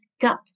gut